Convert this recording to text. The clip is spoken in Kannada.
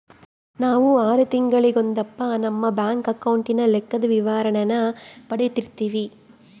ನಾವು ಆರು ತಿಂಗಳಿಗೊಂದಪ್ಪ ನಮ್ಮ ಬ್ಯಾಂಕ್ ಅಕೌಂಟಿನ ಲೆಕ್ಕದ ವಿವರಣೇನ ಪಡೀತಿರ್ತೀವಿ